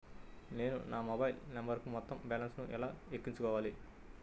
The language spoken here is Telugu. నేను నా మొబైల్ నంబరుకు మొత్తం బాలన్స్ ను ఎలా ఎక్కించుకోవాలి?